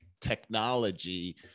technology